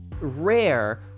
rare